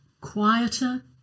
quieter